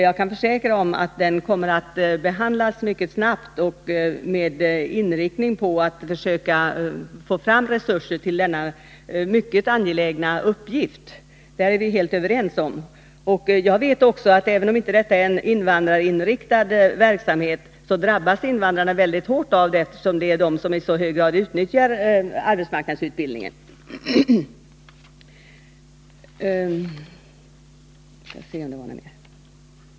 Jag kan försäkra att den kommer att behandlas mycket snabbt och med inriktning på att försöka få fram resurser till denna mycket angelägna uppgift. Där är vi helt överens. Jag vet också att även om detta inte är en invandrarinriktad verksamhet, så drabbas invandrare väldigt hårt eftersom de i så hög grad utnyttjar arbetsmarknadsutbildningen.